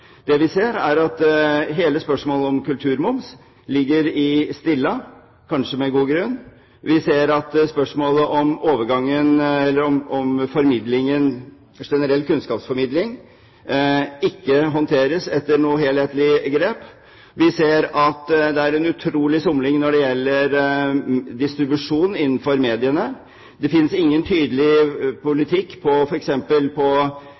Det vi ser, er at hele spørsmålet om kulturmoms ligger «i stilla», kanskje med god grunn. Vi ser at spørsmålet om generell kunnskapsformidling ikke håndteres etter noe helhetlig grep. Vi ser at det er en utrolig somling når det gjelder distribusjon innenfor mediene. Det finnes ingen tydelig